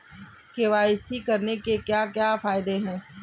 KYC करने के क्या क्या फायदे हैं?